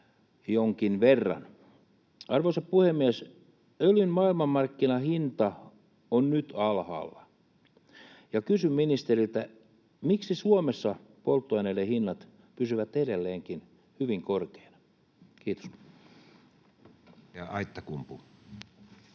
Arvoisa puhemies! Öljyn maailmanmarkkinahinta on nyt alhaalla. Kysyn ministeriltä: miksi Suomessa polttoaineiden hinnat pysyvät edelleenkin hyvin korkeina? — Kiitos.